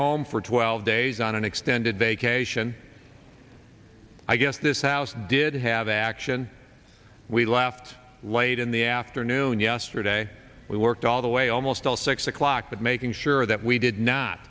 home for twelve days on an extended vacation i guess this house did have action we left late in the afternoon yesterday we worked all the way almost all six o'clock but making sure that we did not